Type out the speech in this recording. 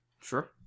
Sure